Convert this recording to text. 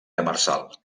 demersal